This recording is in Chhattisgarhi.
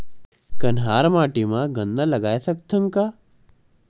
कन्हार माटी म गन्ना लगय सकथ न का?